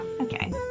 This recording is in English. Okay